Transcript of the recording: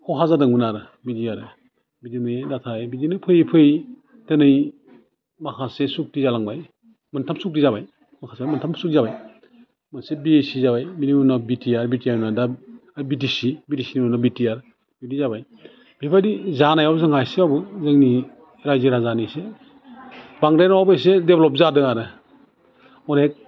खहा जादोंमोन आरो बिदि आरो बिदि नुयो नाथाय बिदिनो फैयै फैयै दोनै माखासे सुक्ति जालांबाय मोनथाम सुक्ति जाबाय माखासे मोनथाम सुक्ति जाबाय मोनसे बिएसि जाबाय बिनि उनाव बिटिआर बिटिआरननि उनाव दा बिटिसि बिटिसिनि उनाव बिटिआर बिदि जाबाय बेबायदि जानायाव जोंहा एसेबाबो जोंनि रायजो राजानि एसे बांद्राय नङाब्लाबो एसे डेभ्लप जादों आरो अनेक